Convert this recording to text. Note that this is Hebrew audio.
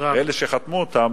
שאלה שחתמו אותם,